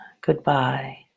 Goodbye